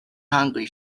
hungry